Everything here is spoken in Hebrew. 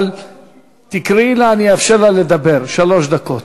שקד ושרי הבית היהודי מפחדים משקיפות.